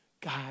God